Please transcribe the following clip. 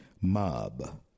Mob